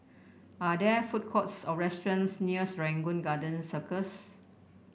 are there food courts or restaurants near Serangoon Garden Circus